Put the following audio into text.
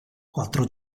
quattro